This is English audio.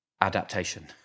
adaptation